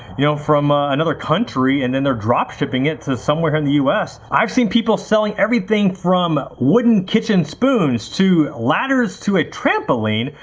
you know from ah another country and then they're drop shipping it to somewhere in the us. i've seen people selling everything from wooden kitchen spoons to ladders to a trampoline,